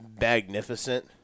magnificent